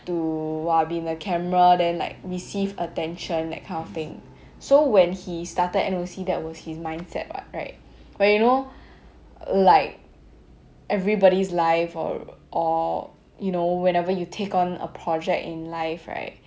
to !wah! be in the camera then like receive attention that kind of thing so when he started N_O_C that was his mindset what right where you know like everybody's life or or you know whenever you take on a project in life right